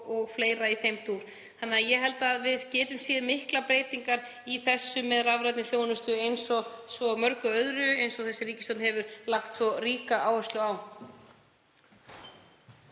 og fleira í þeim dúr. Þannig að ég held að við getum séð miklar breytingar í þessu með rafrænni þjónustu eins og svo mörgu öðru og eins og þessi ríkisstjórn hefur lagt svo ríka áherslu á.